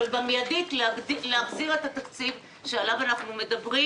אבל באופן מיידי להחזיר את התקציב שעליו אנחנו מדברים,